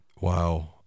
Wow